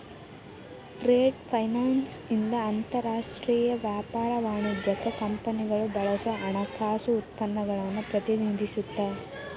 trade finance ಇಂದ ಅಂತರಾಷ್ಟ್ರೇಯ ವ್ಯಾಪಾರ ವಾಣಿಜ್ಯಕ್ಕ ಕಂಪನಿಗಳು ಬಳಸೋ ಹಣಕಾಸು ಉತ್ಪನ್ನಗಳನ್ನ ಪ್ರತಿನಿಧಿಸುತ್ತ